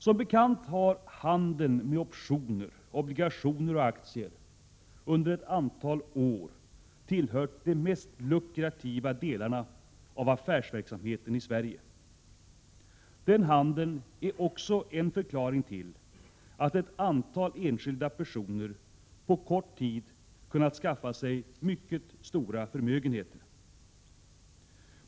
Som bekant har handeln med optioner, obligationer och aktier under ett antal år tillhört de mest lukrativa delarna av affärsverksamheten i Sverige. Den handeln är också en förklaring till att ett antal enskilda personer på kort tid kunnat skaffa sig mycket stora förmögenheter.